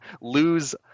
lose